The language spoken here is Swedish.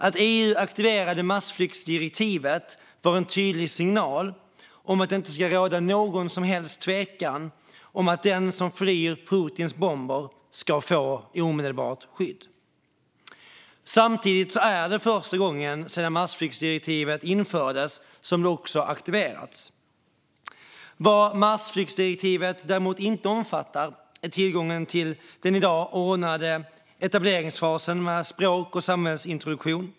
Att EU aktiverade massflyktsdirektivet var en tydlig signal om att det inte ska råda någon som helst tvekan om att den som flyr Putins bomber ska få omedelbart skydd. Samtidigt är detta första gången sedan massflyktingsdirektivet infördes som det också aktiverats. Vad massflyktsdirektivet inte omfattar är tillgången till den i dag ordnade etableringsfasen med språk och samhällsintroduktion.